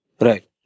Right